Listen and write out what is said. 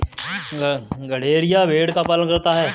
गड़ेरिया भेड़ का पालन करता है